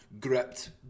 gripped